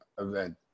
event